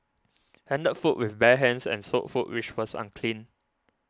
handled food with bare hands and sold food which was unclean